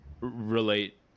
relate